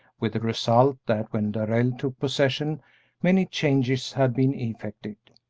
with the result that when darrell took possession many changes had been effected.